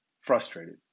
Frustrated